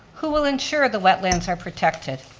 who will ensure the wetlands are protected?